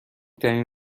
ترین